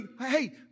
hey